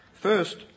First